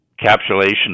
capsulation